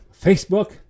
Facebook